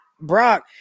Brock